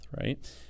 right